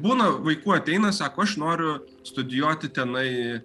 būna vaikų ateina sako aš noriu studijuoti tenai